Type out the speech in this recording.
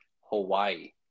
Hawaii